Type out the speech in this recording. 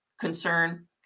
concern